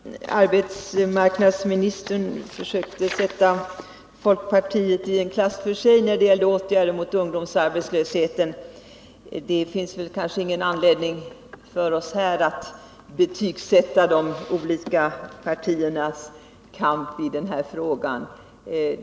Herr talman! Arbetsmarknadsministern försökte sätta folkpartiet i en klass för sig när det gällde åtgärder mot ungdomsarbetslösheten. Det finns kanske ingen anledning för oss att här betygsätta de olika partiernas kamp mot ungdomsarbetslösheten.